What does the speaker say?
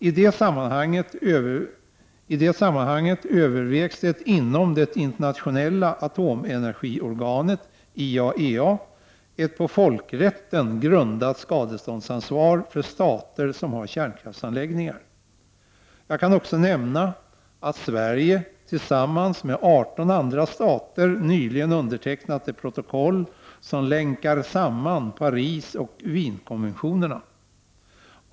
I det sammanhanget övervägs det inom det internationella atomenergiorganet, IAEA, ett på folkrätten grundat skadeståndsansvar för stater som har kärnkraftsanläggningar. Jag kan också nämna att Sverige tillsammans med 18 andra stater nyligen undertecknat ett protokoll som länkar samman Parisoch Wienkonventionerna.